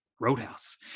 Roadhouse